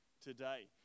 today